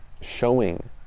showing